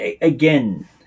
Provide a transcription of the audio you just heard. Again